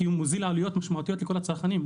כי הוא מוזיל עלויות לכל הצרכנים.